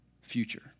future